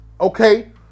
okay